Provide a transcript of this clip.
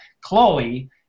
Chloe